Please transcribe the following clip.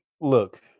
look